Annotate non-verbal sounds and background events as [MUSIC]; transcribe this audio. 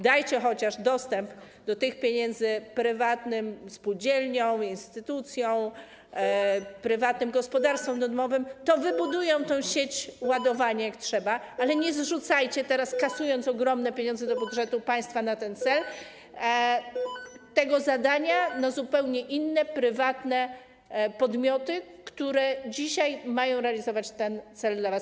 Dajcie chociaż dostęp do tych pieniędzy prywatnym spółdzielniom, instytucjom, [NOISE] gospodarstwom domowym, to wybudują tę sieć ładowania, jak trzeba, ale nie zrzucajcie teraz, kasując ogromne pieniądze na ten cel do budżetu państwa, tego zadania na zupełnie inne, prywatne podmioty, które dzisiaj mają realizować ten cel dla was.